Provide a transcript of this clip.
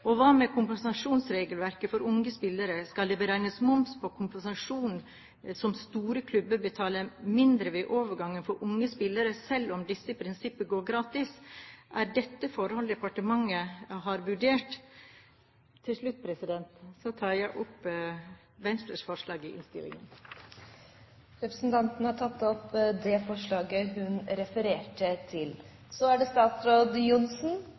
Og hva med kompensasjonsregelverket for unge spillere – skal det beregnes moms på den kompensasjonen som store klubber betaler mindre ved overgangen for unge spillere, selv om disse i prinsippet går gratis? Er dette forhold som departementet har vurdert? Til slutt tar jeg opp Venstres forslag i innstillingen. Representanten Borghild Tenden har tatt opp det forslaget hun refererte til. Så er det statsråd Sigbjørn Johnsen,